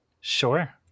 Sure